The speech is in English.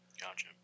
Gotcha